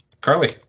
Carly